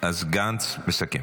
גנץ מסכם.